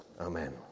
Amen